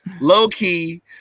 Low-key